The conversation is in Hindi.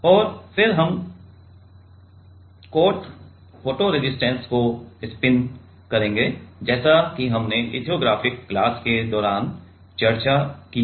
और फिर हम कोट फोटो रेसिस्टेंस को स्पिन करेंगे जैसा कि हमने लिथोग्राफिक क्लास के दौरान चर्चा की है